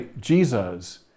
Jesus